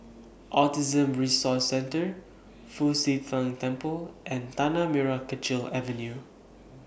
Autism Resource Centre Fu Xi Tang Temple and Tanah Merah Kechil Avenue